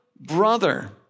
brother